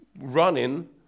running